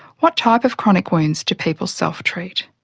what type of chronic wounds do people self-treat?